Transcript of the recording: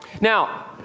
Now